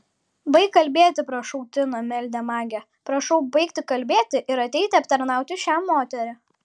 baik kalbėti prašau tina meldė magė prašau baigti kalbėti ir ateiti aptarnauti šią moterį